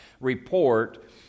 report